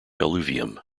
alluvium